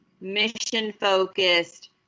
mission-focused